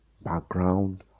background